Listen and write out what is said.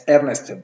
Ernest